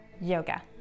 Yoga